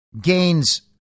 gains